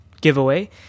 giveaway